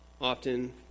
often